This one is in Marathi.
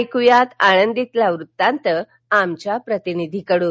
ऐकूया आळंदीतला वृत्तांत आमच्या प्रतिनिधीकडून